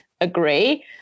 agree